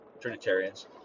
Trinitarians